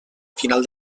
final